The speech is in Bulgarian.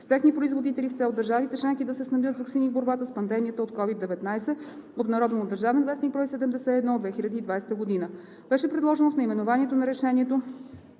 с техни производители с цел държавите членки да се снабдят с ваксини в борбата с пандемията от COVID-19, обн., ДВ, бр. 71 от 2020 г. Беше предложено в наименованието на решението